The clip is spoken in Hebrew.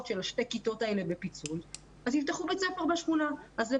של שתי הכיתות האלה בפיצול אז יפתחו בית ספר בשכונה.